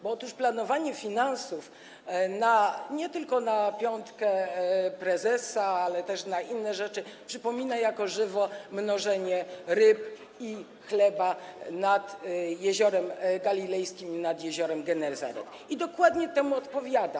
Bo planowanie finansów nie tylko na piątkę prezesa, ale też na inne rzeczy przypomina jako żywo mnożenie ryb i chleba nad Jeziorem Galilejskim, nad jeziorem Genezaret, i dokładnie temu odpowiada.